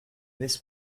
this